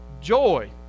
joy